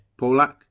Polak